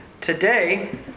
today